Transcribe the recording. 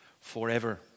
forever